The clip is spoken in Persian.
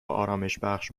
آرامشبخش